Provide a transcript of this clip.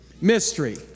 Mystery